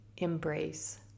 embrace